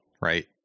right